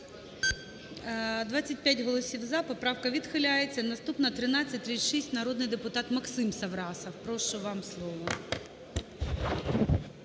25 голосів "за", поправка відхиляється. Наступна - 1336. Народний депутат Максим Саврасов. Прошу, вам слово.